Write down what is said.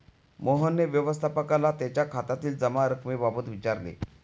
मोहनने व्यवस्थापकाला त्याच्या खात्यातील जमा रक्कमेबाबत विचारले